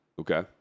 Okay